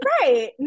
Right